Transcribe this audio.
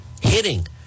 hitting